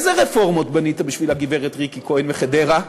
איזה רפורמות בנית בשביל הגברת ריקי כהן מחדרה?